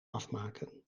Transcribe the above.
afmaken